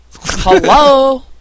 Hello